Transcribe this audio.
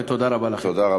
תודה רבה לכם.